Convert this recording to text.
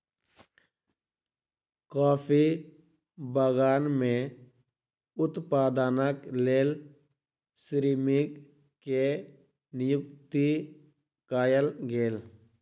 coffee बगान में उत्पादनक लेल श्रमिक के नियुक्ति कयल गेल